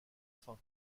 fin